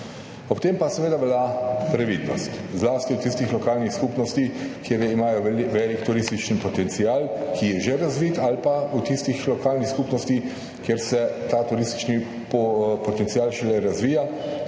Ob tem pa seveda velja previdnost, zlasti v tistih lokalnih skupnosti, kjer imajo velik turistični potencial, ki je že razvit, ali pa v tistih lokalnih skupnostih, kjer se ta turistični potencial šele razvija,